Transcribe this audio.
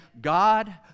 God